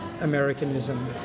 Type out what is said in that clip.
Americanism